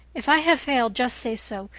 if i have failed just say so,